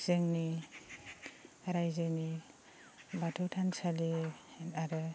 जोंनि रायजोनि बाथौ थानसालि आरो